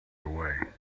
away